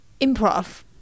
improv